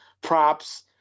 props